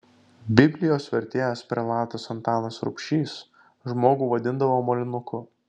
biblijos vertėjas prelatas antanas rubšys žmogų vadindavo molinuku